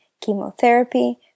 chemotherapy